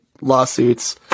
lawsuits